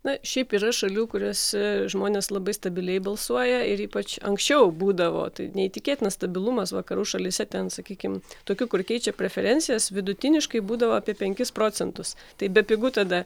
na šiaip yra šalių kuriose žmonės labai stabiliai balsuoja ir ypač anksčiau būdavo tai neįtikėtinas stabilumas vakarų šalyse ten sakykim tokių kur keičia preferencijas vidutiniškai būdavo apie penkis procentus tai bepigu tada